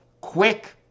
quick